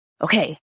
okay